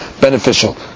beneficial